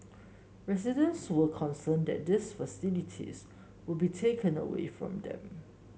residents were concerned that these facilities would be taken away from them